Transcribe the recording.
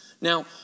Now